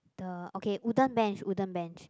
the okay wooden bench wooden bench